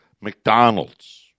McDonald's